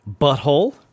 Butthole